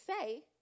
say